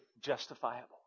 justifiable